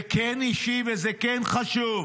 זה כן אישי וזה כן חשוב,